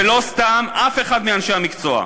ולא סתם אף אחד מאנשי המקצוע,